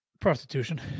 Prostitution